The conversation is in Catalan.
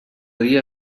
dia